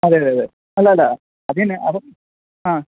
അതെതെ അതെ അല്ല അല്ല അതു തന്നെ അപ്പോള് ആ